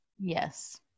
Yes